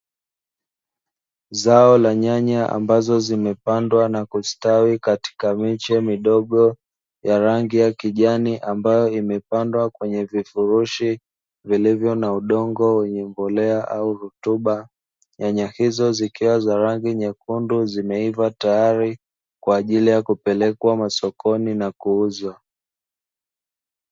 Zao la nyanya ambazo zimepandwa na kustawi katika miche midogo ya rangi ya kijani ambayo imepandwa kwenye vifurushi vilivyo na udongo wenye mbolea au rutuba. Nyanya hizo zikiwa na rangi nyekundu zimeiva tayari kwa ajili ya kupelekwa masokoni na kuuzwa.